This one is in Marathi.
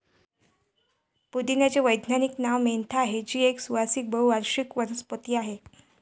पुदिन्याचे वैज्ञानिक नाव मेंथा आहे, जी एक सुवासिक बहु वर्षाची वनस्पती आहे